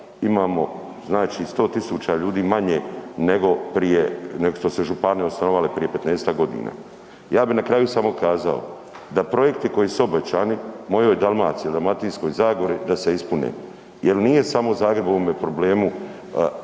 imamo 100.000 ljudi manje nego što su se županije osnovale prije petnaestak godina. Ja bi na kraju samo kazao, da projekti koji su obećani mojoj Dalmaciji i Dalmatinskoj zagori da se ispune jel nije samo Zagreb u ovome problemu